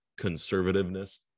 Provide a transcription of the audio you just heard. conservativeness